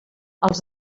als